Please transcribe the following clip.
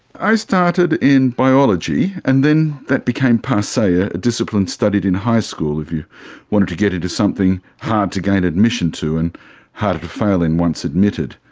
i started in biology and then that became passe, a discipline studied in high school if you wanted to get into something hard to gain admission to and harder to fail in once admitted.